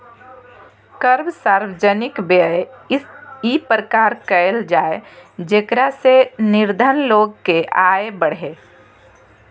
कर सार्वजनिक व्यय इ प्रकार कयल जाय जेकरा से निर्धन लोग के आय बढ़य